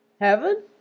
Heaven